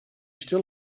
still